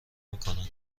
میکنه